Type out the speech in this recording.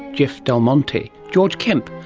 jeff del monte, george kemp,